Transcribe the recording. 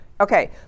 okay